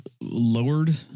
lowered